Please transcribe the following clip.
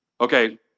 Okay